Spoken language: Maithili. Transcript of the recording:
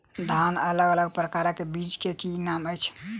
धान अलग अलग प्रकारक बीज केँ की नाम अछि?